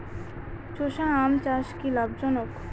চোষা আম চাষ কি লাভজনক?